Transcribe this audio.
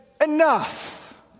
enough